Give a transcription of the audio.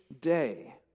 day